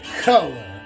color